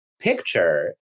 picture